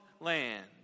land